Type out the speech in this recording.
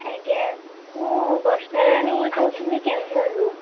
ଆଜ୍ଞା ମୁଁ ବର୍ଷାରାଣୀ କହୁଥିଲି କେଉଁଝରରୁ